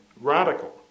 radical